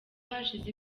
hashize